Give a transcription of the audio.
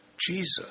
Jesus